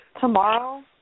Tomorrow